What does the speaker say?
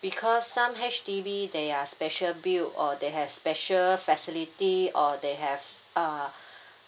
because some H_D_B they are special built or they have special facility or they have uh